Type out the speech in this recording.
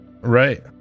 right